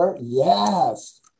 Yes